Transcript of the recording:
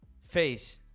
face